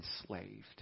enslaved